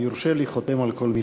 אם יורשה לי, חותם על כל מילה.